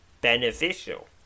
beneficial